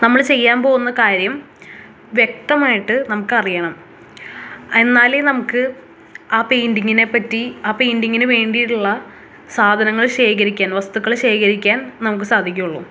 നമ്മൾ ചെയ്യാൻ പോകുന്ന കാര്യം വ്യക്തമായിട്ട് നമുക്കറിയണം എന്നാലേ നമുക്ക് ആ പെയിൻ്റിങ്ങിനെ പറ്റി ആ പെയിൻ്റിങ്ങിന് വേണ്ടിയിട്ടുള്ള സാധനങ്ങൾ ശേഖരിക്കാൻ വസ്തുക്കൾ ശേഖരിക്കാൻ നമുക്ക് സാധിക്കുകയുള്ളൂ